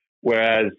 Whereas